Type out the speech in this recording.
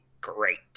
great